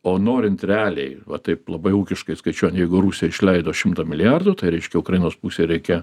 o norint realiai va taip labai ūkiškai skaičiuojant jeigu rusija išleido šimtą milijardų tai reiškia ukrainos pusei reikia